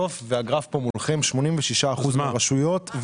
וגם הגרף פה מולכם; 86% מהרשויות,